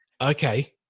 okay